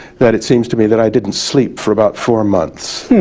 that it seems to me that i didn't sleep for about four months.